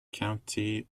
county